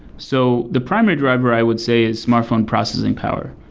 so the primary driver i would say is smartphone processing power,